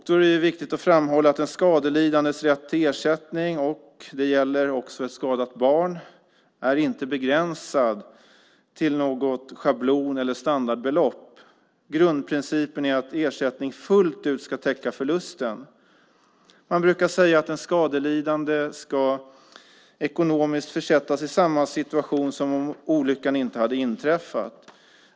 Det är viktigt att framhålla att en skadelidandes rätt till ersättning - det gäller också ett skadat barn - inte är begränsat till något schablon eller standardbelopp. Grundprincipen är att ersättning fullt ut ska täcka förlusten. Man brukar säga att den skadelidande ekonomiskt ska försättas i samma situation som om olyckan inte hade inträffat.